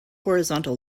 horizontal